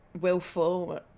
willful